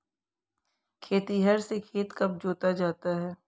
खेतिहर से खेत कब जोता जाता है?